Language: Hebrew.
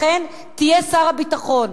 לכן, תהיה שר הביטחון,